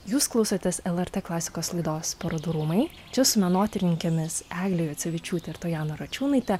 jūs klausotės lrt klasikos laidos parodų rūmai čia su menotyrininkėmis egle juocevičiūte ir tojana račiūnaite